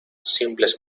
simples